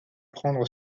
prendre